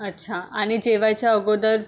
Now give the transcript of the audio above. अच्छा आणि जेवायच्या अगोदर